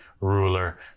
ruler